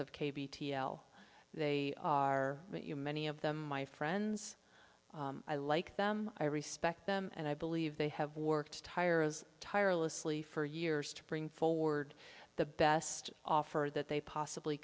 l they are you many of them my friends i like them i respect them and i believe they have worked tires tirelessly for years to bring forward the best offer that they possibly